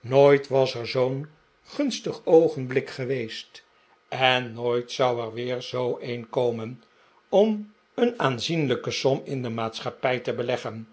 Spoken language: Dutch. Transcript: nooit was er zoo'n gunstig oogenblik geweest en nooit zou er weer zoo een komen om een aanzienlijke som in de maatschappij te beleggen